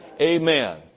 Amen